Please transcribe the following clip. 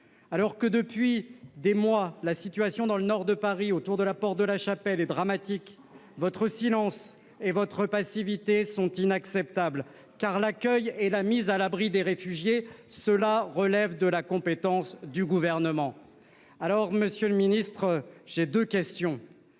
Alors que, depuis des mois, la situation est dramatique dans le nord de Paris, autour de la porte de la Chapelle, votre silence et votre passivité sont inacceptables, car l'accueil et la mise à l'abri des réfugiés relèvent de la compétence du Gouvernement ! Alors, monsieur le secrétaire d'État, j'ai deux questions.